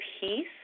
peace